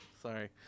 sorry